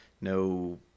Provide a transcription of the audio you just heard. no